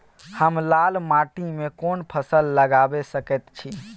हम लाल माटी में कोन फसल लगाबै सकेत छी?